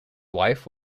wife